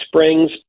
springs